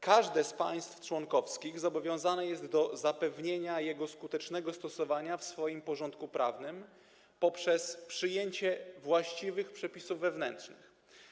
Każde z państw członkowskich zobowiązane jest do zapewnienia jego skutecznego stosowania w swoim porządku prawnym poprzez przyjęcie właściwych przepisów wewnętrznych.